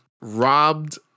robbed